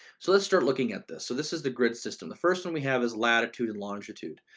so let's start looking at this. so this is the grid system. the first one we have is latitude and longitude.